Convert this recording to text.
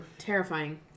terrifying